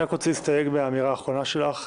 אני רוצה להסתייג מן האמירה האחרונה שלך.